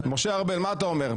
משה ארבל, מה אתה אומר?